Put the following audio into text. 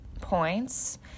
points